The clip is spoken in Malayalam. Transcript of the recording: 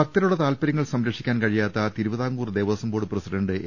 ഭക്തരുടെ താൽപര്യങ്ങൾ സംരക്ഷിക്കാൻ കഴിയാത്ത Thiruvithamkoor Devaswom board president A